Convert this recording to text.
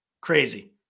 Crazy